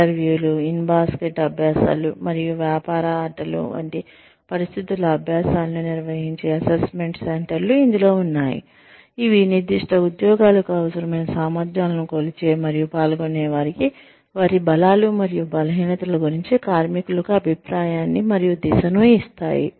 ఇంటర్వ్యూలు in basket అభ్యాసాలు మరియు వ్యాపార ఆటలు వంటి పరిస్థితుల అభ్యాసాలను నిర్వహించే అసెస్మెంట్ సెంటర్లు ఇందులో ఉన్నాయి ఇవి నిర్దిష్ట ఉద్యోగాలకు అవసరమైన సామర్థ్యాలను కొలిచే మరియు పాల్గొనేవారికి వారి బలాలు మరియు బలహీనతల గురించి కార్మికులకు అభిప్రాయాన్ని మరియు దిశను ఇస్తాయి